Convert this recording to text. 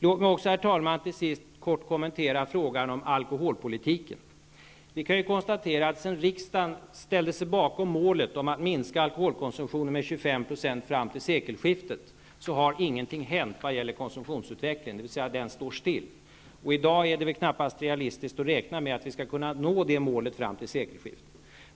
Låt mig också, herr talman, till sist kort kommentera frågan om alkoholpolitiken. Vi kan konstatera att sedan riksdagen ställde sig bakom målet att minska alkoholkonsumtionen med 25 % fram till sekelskiftet har ingenting hänt vad gäller konsumtionsutvecklingen, dvs. den står still. I dag är det väl knappast realistiskt att räkna med att vi skall kunna nå det målet fram till sekelskiftet.